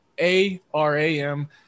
A-R-A-M